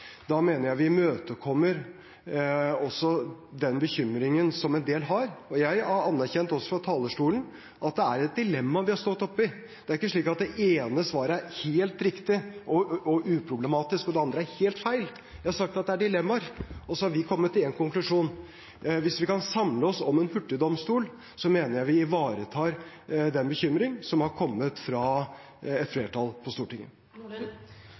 Da mener jeg vi imøtekommer også den bekymringen som en del har. Jeg har anerkjent – også fra talerstolen – at det er et dilemma vi har stått oppi. Det er ikke slik at det ene svaret er helt riktig og uproblematisk, og at det andre er helt feil. Jeg har sagt at det er dilemmaer, og at vi har kommet til én konklusjon. Hvis vi kan samle oss om en hurtigdomstol, mener jeg at vi ivaretar den bekymring som har kommet fra et flertall på Stortinget.